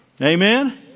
Amen